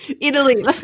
italy